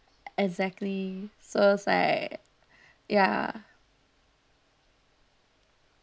exactly so is like ya